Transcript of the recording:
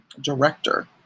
director